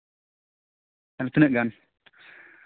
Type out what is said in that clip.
ᱮᱱ ᱛᱤᱱᱟᱹᱜ ᱜᱟᱱ